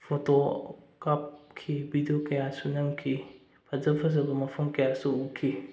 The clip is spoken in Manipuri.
ꯐꯣꯇꯣ ꯀꯥꯞꯈꯤ ꯕꯤꯗꯤꯑꯣ ꯀꯌꯥꯁꯨ ꯅꯝꯈꯤ ꯐꯖ ꯐꯖꯕ ꯃꯐꯝ ꯀꯌꯥꯁꯨ ꯎꯈꯤ